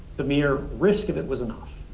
the mere risk of it was enough.